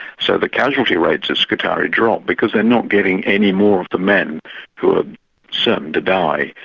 so the casualty rates of scutari drop because they're not getting any more of the men who are soon to die,